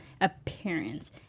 appearance